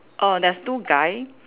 orh there's two guy